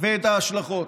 ואת ההשלכות.